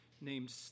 named